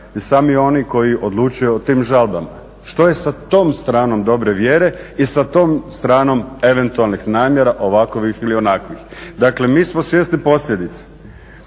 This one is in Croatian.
sami oni koji odlučuju o tim žalbama. Što je sa tom stranom dobre vjere i sa tom stranom eventualnih namjera ovakvih ili onakvih? Dakle, mi smo svjesni posljedica